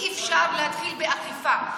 אי-אפשר להתחיל באכיפה.